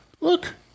Look